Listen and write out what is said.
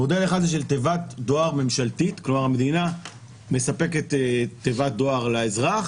מודל אחד זה של תיבת דואר ממשלתית המדינה מספקת תיבת דואר לאזרח